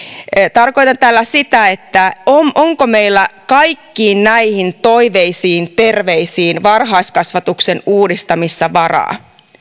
tarkoitan tällä sitä onko meillä kaikkiin näihin toiveisiin terveisiin varhaiskasvatuksen uudistamisessa varaa